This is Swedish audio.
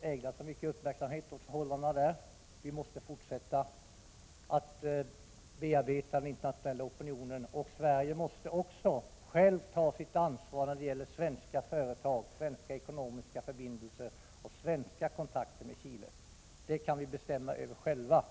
ägnat så mycket uppmärksamhet åt förhållandena där. Vi måste fortsätta att bearbeta den internationella opinionen. Sverige måste också ta sitt ansvar när det gäller svenska företag, svenska ekonomiska förbindelser och svenska kontakter med Chile — vi kan bestämma över dessa saker själva.